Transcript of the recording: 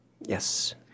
Yes